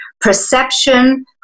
perception